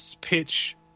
pitch